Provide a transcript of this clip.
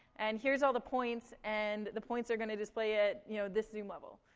and here's all the points. and the points are gonna display at you know this zoom level.